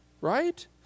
right